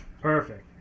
Perfect